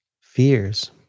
Fears